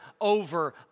over